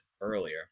earlier